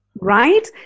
Right